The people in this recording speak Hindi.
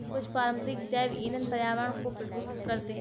कुछ पारंपरिक जैव ईंधन पर्यावरण को प्रदूषित करते हैं